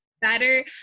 better